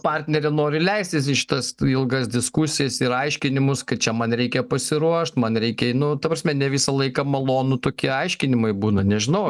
partnerė nori leistis į šitas ilgas diskusijas ir aiškinimus kad čia man reikia pasiruošt man reikia nu ta prasme ne visą laiką malonu tokie aiškinimai būna nežinau aš